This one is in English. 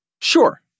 Sure